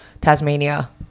Tasmania